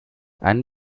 ein